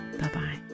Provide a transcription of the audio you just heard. Bye-bye